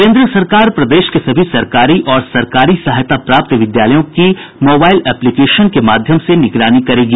केन्द्र सरकार प्रदेश के सभी सरकारी और सरकारी सहायता प्राप्त विद्यालयों की मोबाईल एप्लीकेशन के माध्यम से निगरानी करेगी